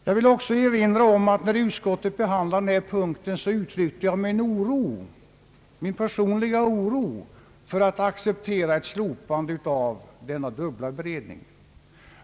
Jag vill också erinra om att jag när utskottet behandlade denna punkt uttryckte min personliga oro inför att acceptera ett slopande av denna dubbla beredning.